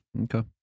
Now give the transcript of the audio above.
Okay